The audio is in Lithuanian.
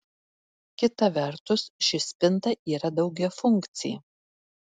kita vertus ši spinta yra daugiafunkcė